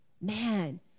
Man